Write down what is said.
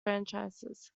franchises